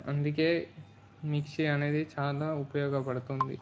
అందుకే మిక్సీ అనేది చాలా ఉపయోగపడుతుంది